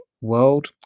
world